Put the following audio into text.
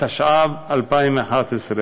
התשע"ו 2011,